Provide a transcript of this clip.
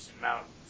Mountains